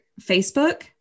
Facebook